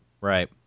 right